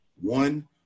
One